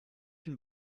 une